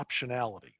optionality